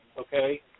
okay